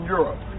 Europe